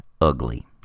Ugly